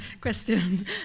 question